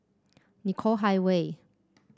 Nicoll Highway